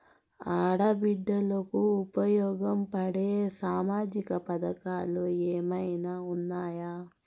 ఆడ బిడ్డలకు ఉపయోగం ఉండే సామాజిక పథకాలు ఏమైనా ఉన్నాయా?